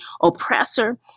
oppressor